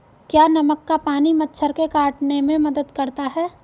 क्या नमक का पानी मच्छर के काटने में मदद करता है?